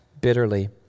bitterly